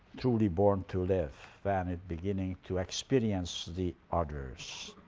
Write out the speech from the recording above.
truly born to live and beginning to experience the others.